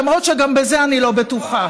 למרות שגם בזה אני לא בטוחה.